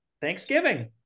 Thanksgiving